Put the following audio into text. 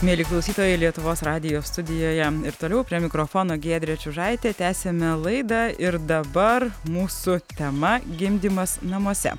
mieli klausytojai lietuvos radijo studijoje ir toliau prie mikrofono giedrė čiužaitė tęsiame laidą ir dabar mūsų tema gimdymas namuose